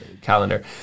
calendar